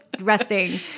resting